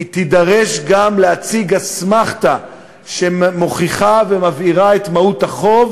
היא תידרש גם להציג אסמכתה שמוכיחה ומבהירה את מהות החוב,